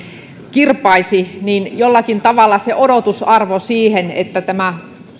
kirpaisi niin jollakin tavalla se odotusarvo siihen että tämä